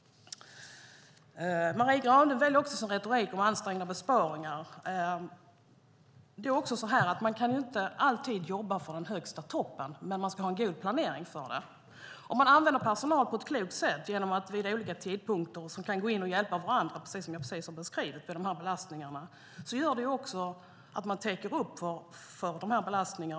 Marie Granlund tar också upp ansträngande besparingar. Man kan inte alltid jobba för den högsta toppen, men man ska ha en god planering för den. Om man använder personal på ett klokt sätt kan de vid olika tidpunkter gå in och hjälpa varandra, precis som jag precis har beskrivit, vid belastningar. Det innebär att man täcker upp för de här belastningarna.